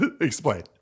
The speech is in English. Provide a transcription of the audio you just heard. Explain